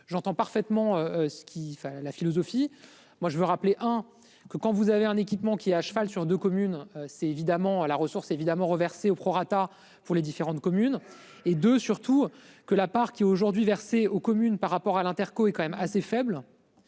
J'entends parfaitement ce qui enfin la philosophie. Moi je veux rappeler hein que quand vous avez un équipement qui est à cheval sur 2 communes, c'est évidemment à la ressource évidemment reversé au prorata pour les différentes communes et de surtout que la part qui aujourd'hui versée aux communes par rapport à l'Interco est quand même assez faible.